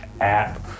app